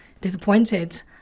disappointed